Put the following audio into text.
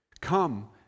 Come